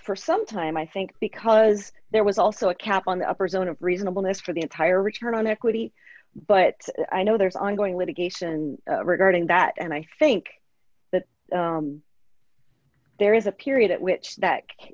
for some time i think because there was also a cap on the upper zone of reasonableness for the entire return on equity but i know there's ongoing litigation regarding that and i think that there is a period at which